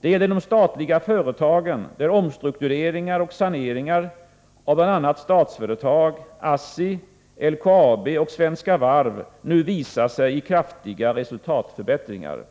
Det gäller de statliga företagen, där omstruktureringar och saneringar av bl.a. Statsföretag, ASSI, LKAB och Svenska Varv nu visar sig i kraftiga resultatförbättringar.